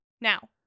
Now